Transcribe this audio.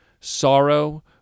sorrow